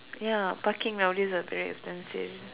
ya parking all this are very expensive